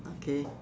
okay